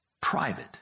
private